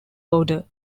order